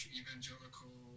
evangelical